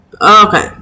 Okay